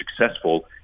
successful